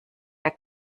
der